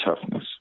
toughness